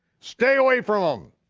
stay away from